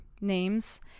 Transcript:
names